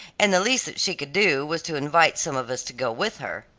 and the least that she could do was to invite some of us to go with her.